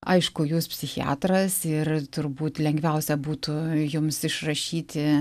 aišku jūs psichiatras ir turbūt lengviausia būtų jums išrašyti